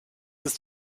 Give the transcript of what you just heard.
ist